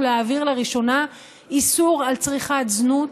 להעביר לראשונה איסור על צריכת זנות,